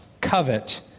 covet